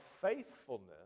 faithfulness